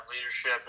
leadership